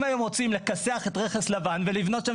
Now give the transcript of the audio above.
אם היו רוצים לכסח את רכס לבן ולבנות שם